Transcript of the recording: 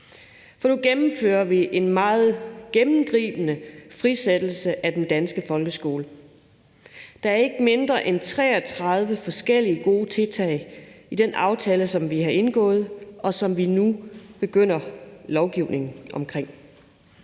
for nu gennemfører vi en meget gennemgribende frisættelse af den danske folkeskole. Der er ikke mindre end 33 forskellige gode tiltag i den aftale, som vi har indgået, og som vi nu begynder lovgivningen omkring.